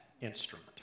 instrument